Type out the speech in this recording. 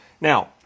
Now